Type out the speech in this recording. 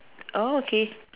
oh okay